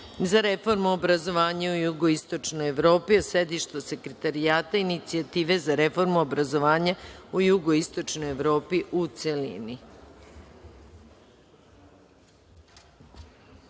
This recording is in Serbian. za reformu obrazovanja u jugoistočnoj Evropi o sedištu Sekretarijata Inicijative za reformu obrazovanja u jugoistočnoj Evropi, u